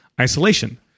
isolation